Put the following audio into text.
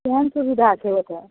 केहन सुबिधा छै ओतऽ